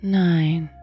nine